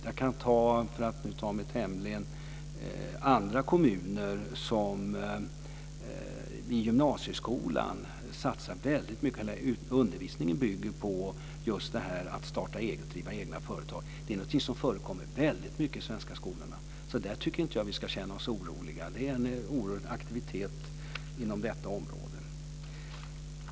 Jag kan ta andra kommuner i mitt hemlän som exempel där man i gymnasieskolan satsar väldigt mycket på det här. Undervisningen bygger just på det här med att starta eget och driva egna företag. Det är någonting som förekommer väldigt mycket i de svenska skolorna. I det avseendet tycker jag inte att vi ska känna oss oroliga. Det är en oerhörd aktivitet inom detta område.